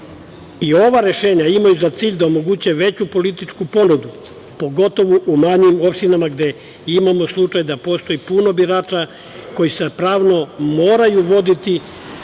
Ova rešenja imaju za cilj da omoguće veću političku ponudu, pogotovo u manjim opštinama gde imamo slučaj da postoji puno birača koji se pravno moraju voditi